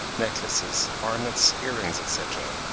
necklaces, armlets, ear-rings, etc.